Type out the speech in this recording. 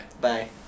Bye